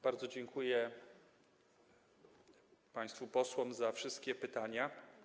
Bardzo dziękuję państwu posłom za wszystkie pytania.